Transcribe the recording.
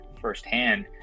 firsthand